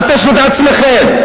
אל תשלו את עצמכם.